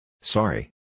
Sorry